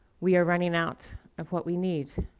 we are running out of what we need.